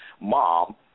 mom